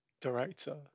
director